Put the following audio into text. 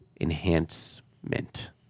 enhancement